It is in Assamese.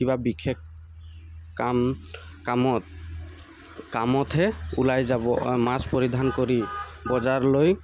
কিবা বিশেষ কাম কামত কামতহে ওলাই যাব মাস্ক পৰিধান কৰি বজাৰলৈ